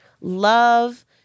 love